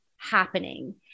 happening